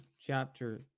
chapter